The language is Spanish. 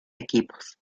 equipos